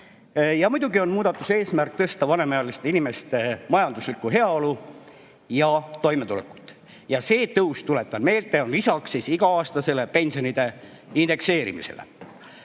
Muidugi on muudatuse eesmärk tõsta vanemaealiste inimeste majanduslikku heaolu ja toimetulekut. Ja see tõus, tuletan meelde, on lisaks iga-aastasele pensionide indekseerimisele.